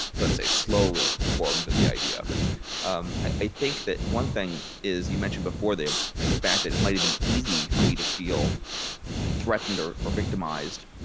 let's say, slowly warmed to the idea um i think that one thing is you mentioned before, the fact that it might have been easy for me to feel threatened or or victimized.